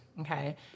okay